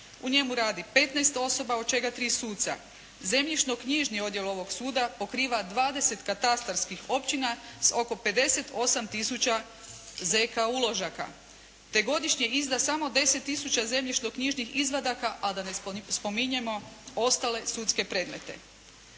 U njemu radi 15 osoba od čega 3 suca. Zemljišno-knjižni odjel ovog suda pokriva 20 katastarskih općina s oko 58000 z.k. uložaka, te godišnje izda samo 10000 zemljišno-knjižnih izvadaka, a da ne spominjemo ostale sudske predmete.